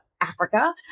Africa